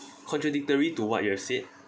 contradictory to what you have said